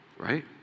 Right